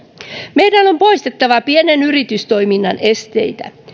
meidän on poistettava pienen yritystoiminnan esteitä